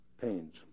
pains